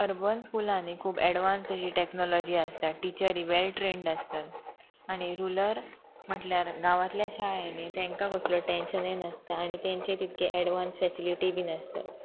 urban स्कुलांनी खूब advance अशी टॅक्नोलॉजी आसता टिचरी वेल ट्रेन्ड आसतात आनी रुरल म्हटल्यार गांवांतल्या शाळेनी तांकां कसलो टॅन्शनूय नासता आनी तेंचे तितके एडवांस फेसिलिटी बी नासतात